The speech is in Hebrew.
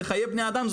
אלה חיי בני אדם,